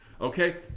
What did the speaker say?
Okay